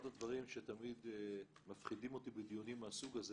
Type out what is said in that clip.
אחד הדברים שתמיד מפחידים אותי בדיונים מהסוג הזה,